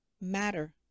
matter